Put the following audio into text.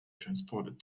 transported